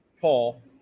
Paul